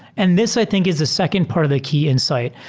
and this i think is the second part of the key insight.